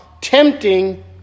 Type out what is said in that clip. tempting